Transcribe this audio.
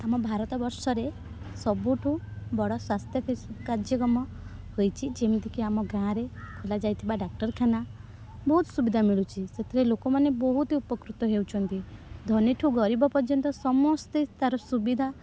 ଆମ ଭାରତ ବର୍ଷରେ ସବୁଠୁ ବଡ଼ ସ୍ବାସ୍ଥ୍ୟ କାର୍ଯ୍ୟକ୍ରମ ହୋଇଛି ଯେମିତିକି ଆମ ଗାଁରେ ଖୋଲା ଯାଇଥିବା ଡାକ୍ତରଖାନା ବହୁତ ସୁବିଧା ମିଳୁଛି ସେଥିରେ ଲୋକମାନେ ବହୁତ ହିଁ ଉପକୃତ ହେଉଛନ୍ତି ଧନୀ ଠୁ ଗରିବ ପର୍ଯ୍ୟନ୍ତ ସମସ୍ତେ ତାର ସୁବିଧା